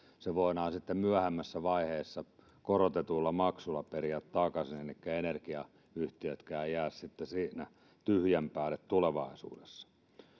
se voidaan sitten myöhemmässä vaiheessa korotetuilla maksuilla periä takaisin elikkä energiayhtiötkään eivät sitten jää siinä tyhjän päälle tulevaisuudessa